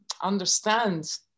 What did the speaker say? understand